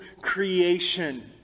creation